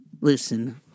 Listen